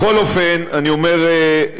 בכל אופן, אני אומר לסיום,